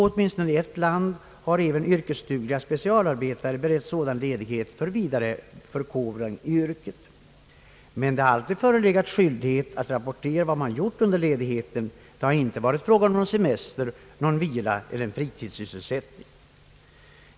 Åtminstone i ett land har även yrkesdugliga specialarbetare beretts sådan ledighet för vidareförkovring i yrket. Men det har alltid förelegat skyldighet att rapportera vad man gjort under ledigheten; det har inte varit fråga om någon semester, vila eller fritidssysselsättning.